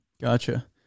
Gotcha